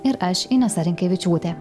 ir aš inesa rinkevičiūtė